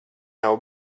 nav